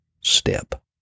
step